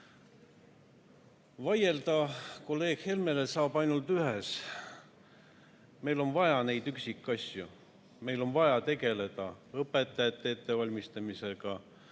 Vaielda kolleeg Helmega saab ainult ühes: meil on vaja neid üksikasju. Meil on vaja tegeleda õpetajate ettevalmistamisega,